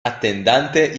atendante